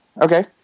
Okay